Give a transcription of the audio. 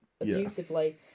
abusively